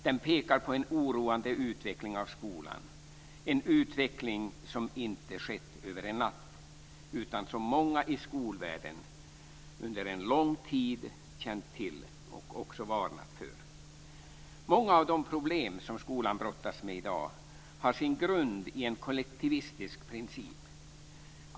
Den pekar på en oroande utveckling av skolan - en utveckling som inte skett över en natt utan som många i skolvärlden under en lång tid känt till och också varnat för. Många av de problem som skolan brottas med i dag har sin grund i en kollektivistisk princip.